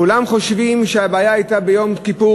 כולם חושבים שהבעיה בציבור החרדי הייתה בגלל יום כיפור.